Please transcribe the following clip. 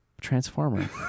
Transformer